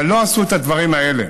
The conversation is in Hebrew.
אבל לא עשו את הדברים האלה,